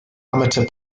amateur